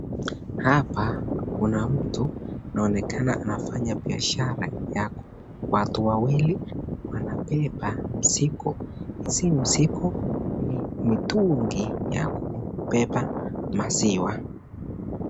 Hapa kuna mtu anaonekana anafanya biashara yake, watu wawili wanabeba mzigo, sio mzigo ni mitungi ya kubeba maziwa.